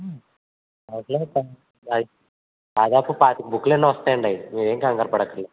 దాదాపు పాతిక బుక్కులన్నా వస్తాయండి అవి మీరు ఏం కంగారు పడక్కర్లేదు